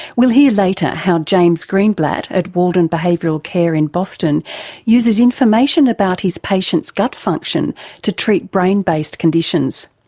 we'll hear later how james greenblatt at walden behavioural care in boston uses information about his patients' gut function to treat brain-based conditions.